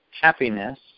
happiness